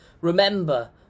Remember